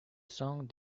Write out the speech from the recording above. song